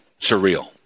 surreal